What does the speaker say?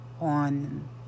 on